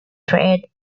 trade